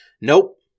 Nope